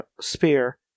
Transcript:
spear